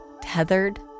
tethered